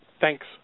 thanks